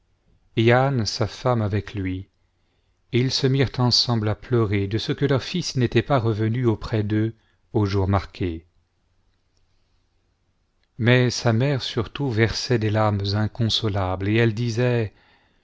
sa femme avec lui et ils se mirent ensemble à pleurer de ce que leur fils n'était pas revenu auprès d'eux au jour marqué mais sa mère surtout versait des larmes inconsolables et elle disait